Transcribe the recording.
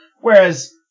Whereas